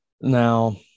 Now